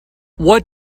what